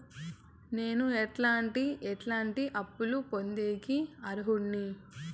నేను ఎట్లాంటి ఎట్లాంటి అప్పులు పొందేకి అర్హుడిని?